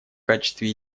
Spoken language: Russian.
качестве